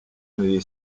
negli